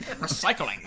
Recycling